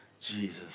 Jesus